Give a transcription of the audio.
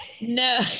No